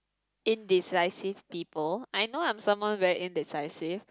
indecisive people I know I'm someone very indecisive